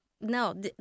no